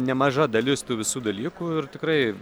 nemaža dalis tų visų dalykų ir tikrai